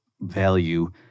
value